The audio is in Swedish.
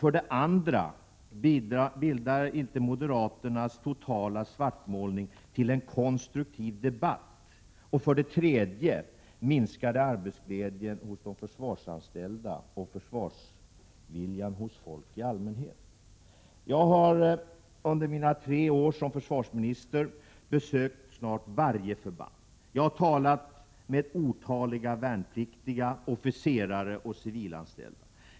För det andra bidrar moderaternas totala svartmålning inte till en konstruktiv debatt. För det tredje minskar den arbetsglädjen hos de försvarsanställda och försvarsviljan hos folk i allmänhet. Jag har under mina tre år som försvarsminister besökt snart sagt varje förband. Jag har talat med otaliga värnpliktiga, officerare och civilanställda.